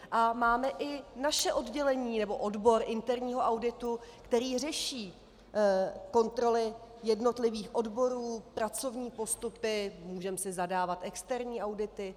A máme i naše oddělení nebo odbor interního auditu, který řeší kontroly jednotlivých odborů, pracovní postupy, můžeme si zadávat externí audity.